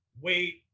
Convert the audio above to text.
wait